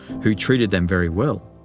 who treated them very well.